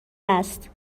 است